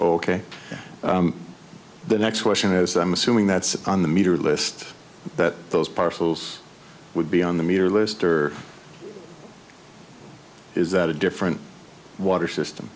ok the next question is i'm assuming that's on the meter list that those parcels would be on the meter list or is that a different water system